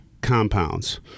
compounds